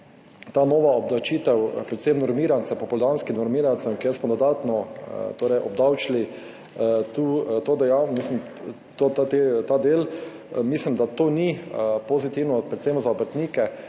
Ta nova obdavčitev, predvsem normirancev, popoldanskih normirancev, kjer smo dodatno obdavčili ta del, mislim, da to ni pozitivno, predvsem za obrtnike,